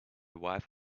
wife